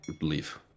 leave